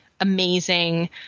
amazing